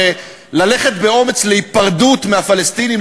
הרי ללכת באומץ להיפרדות מהפלסטינים,